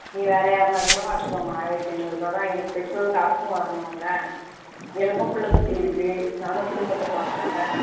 நீ வேறு யாருன்னா கூட பார்த்துக்கம்மா ஆயிரத்தி ஐநூறுபா தான் எனக்கு பெட்ரோல் காசும் வரணுமில்ல எனக்கும் புள்ளை குட்டி இருக்குது நானும் குடும்பத்தை பாக்கணுமில்ல